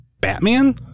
Batman